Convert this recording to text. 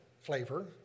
flavor